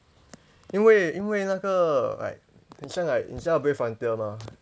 因为因为那个 like 很像 like 你知道 brave frontier 吗